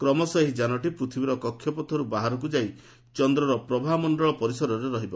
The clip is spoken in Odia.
କ୍ରମଶଃ ଏହି ଯାନଟି ପୃଥିବୀର କକ୍ଷପଥରୁ ବାହାରକୁ ଯାଇ ଚନ୍ଦ୍ରର ପ୍ରଭାମଣ୍ଡଳ ପରିସରରେ ରହିବ